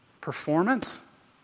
Performance